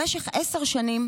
למשך עשר שנים,